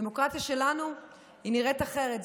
הדמוקרטיה שלנו נראית אחרת.